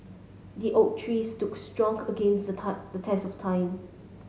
the oak tree stood strong against the time the test of time